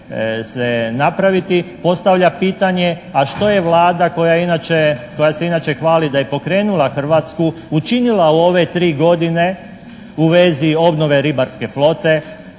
se napraviti postavlja pitanje a što je Vlada koja je inače, koja se inače hvali da je pokrenula Hrvatsku učinila u ove 3 godine u vezi obnove ribarske flote,